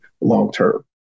long-term